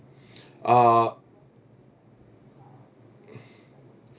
uh